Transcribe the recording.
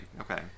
Okay